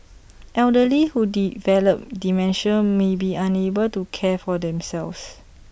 elderly who develop dementia may be unable to care for themselves